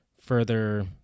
further